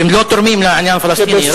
והם לא תורמים לעניין הפלסטיני.